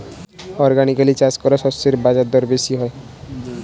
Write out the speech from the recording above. organically চাষ করা শস্যের বাজারদর বেশি হয়